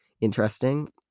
interesting